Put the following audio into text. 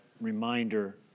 reminder